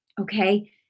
Okay